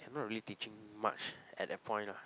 they're not really teaching much at that point lah